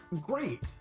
great